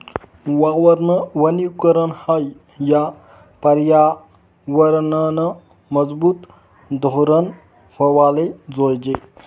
वावरनं वनीकरन हायी या परयावरनंनं मजबूत धोरन व्हवाले जोयजे